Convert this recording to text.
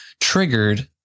triggered